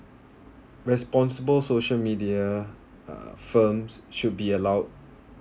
responsible social media uh firms should be allowed